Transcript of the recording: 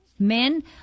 Men